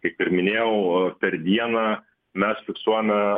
kaip ir minėjau per dieną mes fiksuojame